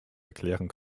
erklären